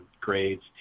grades